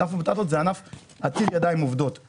ענף הבטטות הוא ענף עתיר ידיים עובדות,